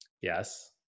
Yes